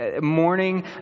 morning